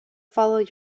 follow